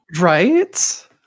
Right